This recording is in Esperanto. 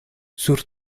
sur